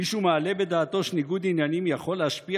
מישהו מעלה בדעתו שניגוד עניינים יכול להשפיע